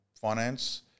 finance